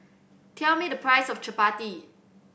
tell me the price of Chapati